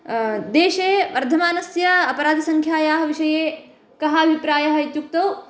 देशे वर्धमानस्य अपराधसङ्ख्यायाः विषये कः अभिप्रायः इत्युक्तौ